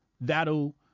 that'll